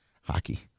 hockey